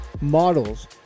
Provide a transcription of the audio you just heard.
models